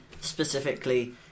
specifically